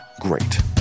great